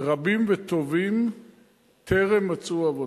רבים וטובים טרם מצאו עבודה.